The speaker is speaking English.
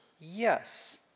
Yes